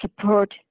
support